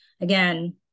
again